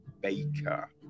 Baker